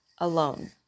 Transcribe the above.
alone